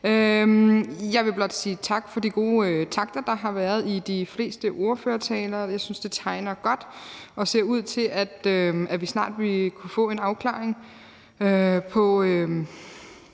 Jeg vil blot sige tak for de gode takter, der har været i de fleste ordførertaler, og jeg synes, det tegner godt, og at det ser ud til, at vi snart vil kunne få en afklaring,